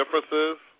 differences